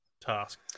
task